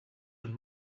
and